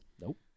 Nope